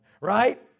right